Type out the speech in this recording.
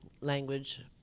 language